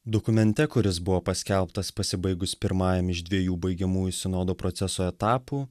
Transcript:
dokumente kuris buvo paskelbtas pasibaigus pirmajam iš dviejų baigiamųjų sinodo proceso etapų